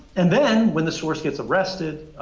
and then, when the source gets arrested,